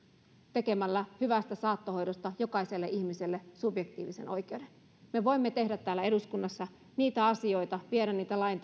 tekemällä hyvästä saattohoidosta jokaiselle ihmiselle subjektiivisen oikeuden me voimme tehdä täällä eduskunnassa niitä asioita viedä niitä lain